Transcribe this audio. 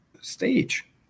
stage